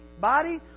body